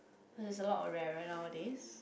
cause it's a lot of rarer nowadays